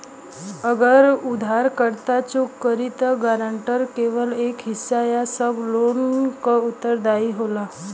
अगर उधारकर्ता चूक करि त गारंटर केवल एक हिस्सा या सब लोन क उत्तरदायी होला